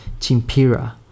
Chimpira